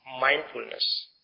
mindfulness